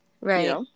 right